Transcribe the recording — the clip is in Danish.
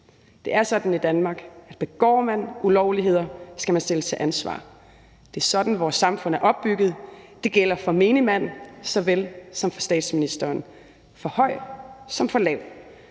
Det er sådan i Danmark, at begår man ulovligheder, skal man stilles til ansvar. Det er sådan, vores samfund er opbygget. Det gælder for menigmand såvel som for statsministeren; for høj såvel som for lav.